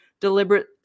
deliberate